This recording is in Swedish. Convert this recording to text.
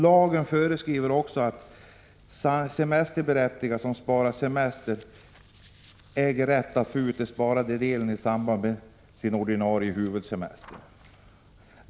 Lagen föreskriver också att den semesterberättigade som sparat 67 semester äger rätt att få ut den sparade delen i samband med sin ordinarie huvudsemester.